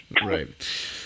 Right